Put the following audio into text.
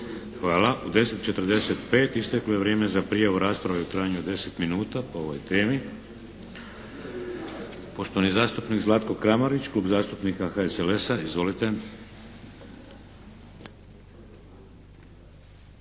Hvala. U 10 i 45 isteklo je vrijeme za prijavu rasprave u trajanju od 10 minuta po ovoj temi. Poštovani zastupnik Zlatko Kramarić, Klub zastupnika HSLS-a. Izvolite.